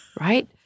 right